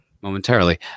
momentarily